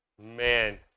Man